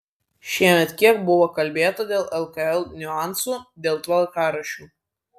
šiemet kiek buvo kalbėta dėl lkl niuansų dėl tvarkaraščių